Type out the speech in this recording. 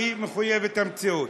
והיא מחויבת המציאות.